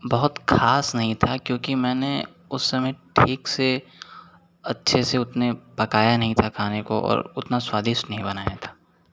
बहुत खास नहीं था क्योंकि मैंने उस समय ठीक से अच्छे से उतने पकाया नहीं था खाने को और उतना स्वादिष्ट नहीं बनाया था